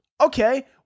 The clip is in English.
okay